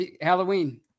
Halloween